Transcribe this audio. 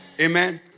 Amen